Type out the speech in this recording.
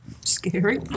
Scary